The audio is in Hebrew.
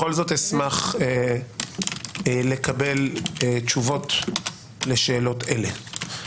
בכל זאת אשמח לקבל תשובות לשאלות אלה.